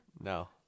No